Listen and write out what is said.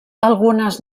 algunes